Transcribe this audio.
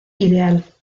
ideal